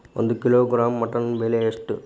ಒಂದು kilogram mutton ಬೆಲೆ ಎಷ್ಟ್?